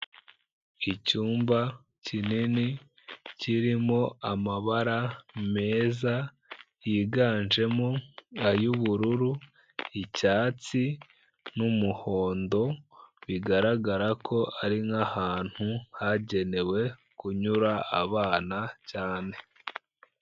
Icyumba kinini kirimo amabara meza, yiganjemo ay'ubururu, icyatsi n'umuhondo, bigaragara ko ari nk'ahantu hagenewe kunyura abana cyane.